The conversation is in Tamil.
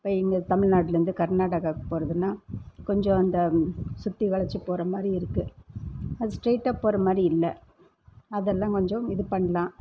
இப்போ இங்கே தமிழ் நாட்டிலருந்து கர்நாடகாவுக்கு போகிறதுன்னா கொஞ்சம் அந்த சுற்றி வளைச்சி போகிற மாதிரி இருக்குது அது ஸ்டெயிட்டாக போகிற மாதிரி இல்லை அதெலாம் கொஞ்சம் இது பண்ணலாம்